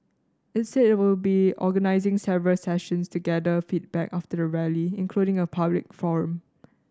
it said it will be organising several sessions to gather feedback after the Rally including a public forum